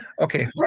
Okay